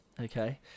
Okay